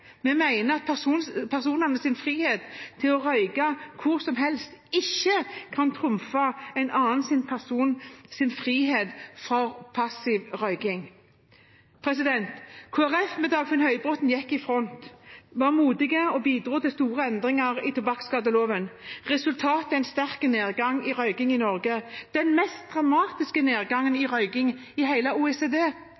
Vi mener at en persons frihet til å røyke hvor som helst, ikke kan trumfe en annen persons frihet fra passiv røyking. Kristelig Folkeparti ved Dagfinn Høybråten gikk i front, var modig og bidro til store endringer i tobakksskadeloven. Resultatet er en sterk nedgang i røyking i Norge, den mest dramatiske nedgangen i